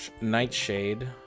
Nightshade